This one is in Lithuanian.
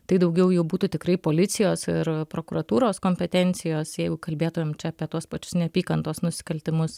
tai daugiau jau būtų tikrai policijos ir prokuratūros kompetencijos jeigu kalbėtumėm apie tuos pačius neapykantos nusikaltimus